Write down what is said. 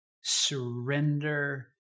surrender